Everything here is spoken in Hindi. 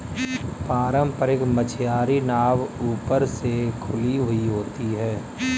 पारम्परिक मछियारी नाव ऊपर से खुली हुई होती हैं